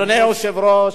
אדוני היושב-ראש,